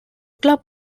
club